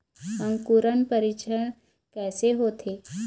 अंकुरण परीक्षण कैसे होथे?